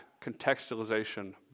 contextualization